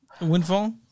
Windfall